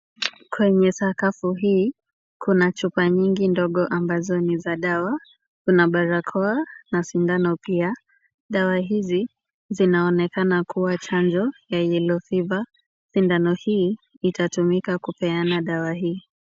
Kwenye sakafu hii kuna chupa nyingi ndogo ambazo ni za dawa. Kuna barakoa na sindano pia. Dawa hizi zinaonekana kuwa chanjo ya yellow fever . Sindano hii itatumika kupeana dawa hii.